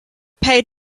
paid